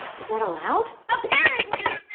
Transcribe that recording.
is that allowed? apparently!